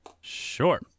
Sure